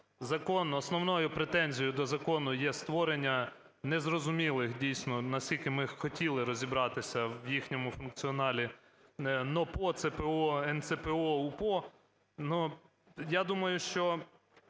закон… основною претензією до закону є створення незрозумілих, дійсно, наскільки ми хотіли розібратися в їхньому функціоналі: НОПО, ЦПО, НЦПО, УПО. Ну, я думаю, що